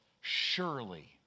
surely